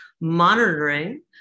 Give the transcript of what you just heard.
monitoring